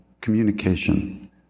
Communication